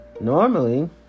Normally